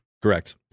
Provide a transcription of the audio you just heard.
Correct